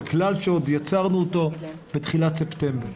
זה כלל שיצרנו אותו עוד בתחילת ספטמבר.